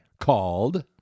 called